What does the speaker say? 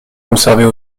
conservées